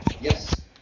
Yes